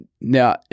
Now